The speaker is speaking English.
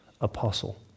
Apostle